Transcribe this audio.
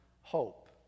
hope